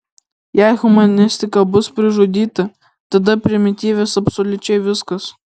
jei humanistika bus pražudyta tada primityvės absoliučiai viskas